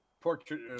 Portrait